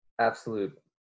Absolute